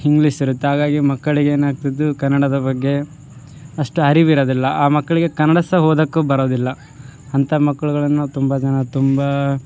ಹಿಂಗ್ಲಿಸ್ ಇರತ್ತೆ ಹಾಗಾಗಿ ಮಕ್ಕಳಿಗೆ ಏನಾಗ್ತದು ಕನ್ನಡದ ಬಗ್ಗೆ ಅಷ್ಟು ಅರಿವಿರೊದಿಲ್ಲ ಆ ಮಕ್ಕಳಿಗೆ ಕನ್ನಡ ಸಹ ಓದೋಕ್ಕು ಬರೋದಿಲ್ಲ ಅಂತ ಮಕ್ಳುಗಳನ್ನು ನಾವು ತುಂಬ ಜನ ತುಂಬ